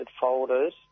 folders